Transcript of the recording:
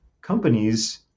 companies